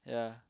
yeah